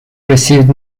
received